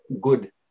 good